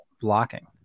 blocking